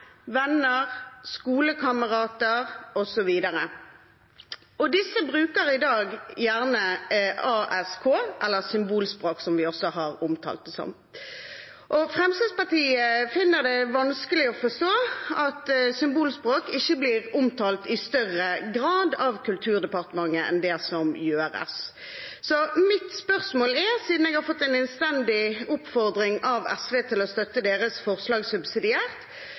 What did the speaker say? venner, skolekamerater osv. Disse bruker i dag gjerne ASK, eller symbolspråk, som vi også har omtalt det som. Fremskrittspartiet finner det vanskelig å forstå at symbolspråk ikke blir omtalt i større grad av Kulturdepartementet enn det som gjøres. Så mitt spørsmål er, siden jeg har fått en innstendig oppfordring fra SV om å støtte deres forslag subsidiært: